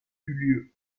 lieu